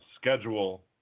schedule